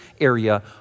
area